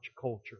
culture